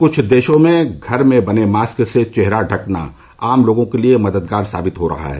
कुछ देशों में घर में बने मास्क से चेहरा ढकना आम लोगों के लिए मददगार साबित हो रहा है